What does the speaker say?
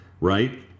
right